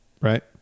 Right